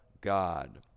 God